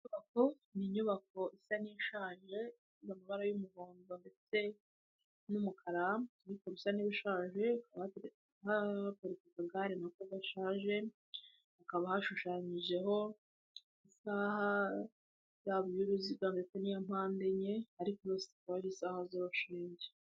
Ni inyubako isa n'ishaje, ifite amabara y'umuhondo n'umukara bisa n'ibishaje, haparika igare risa nirishaje, hakaba hashushanyijeho isaha y'uruziga, ikoze muri mpande enye ariko zihuza urushinge.